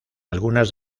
algunas